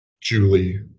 Julie